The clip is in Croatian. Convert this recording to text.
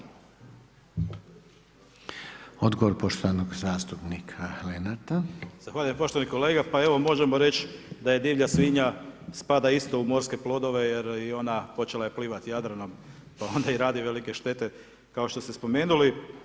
Poštovani kolega, pa evo možemo reć da divlja svinja spada isto u morske plodove jer i ona počela je plivati Jadranom pa onda i radi velike štete kao što ste spomenuli.